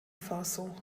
faso